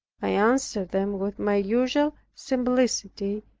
i answered them with my usual simplicity,